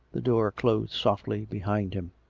the door closed softly behind him.